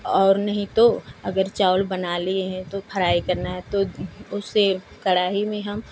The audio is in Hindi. और नहीं तो अगर चावल बना लिए हैं तो फराइ करना है तो उसे कड़ाही में हम